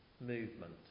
movement